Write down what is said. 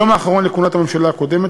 היום האחרון לכהונת הממשלה הקודמת,